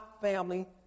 family